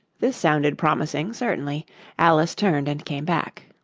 this sounded promising, certainly alice turned and came back